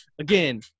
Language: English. Again